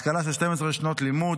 השכלה של 12 שנות לימוד,